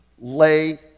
lay